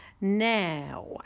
Now